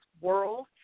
world